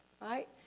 right